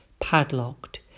padlocked